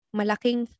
malaking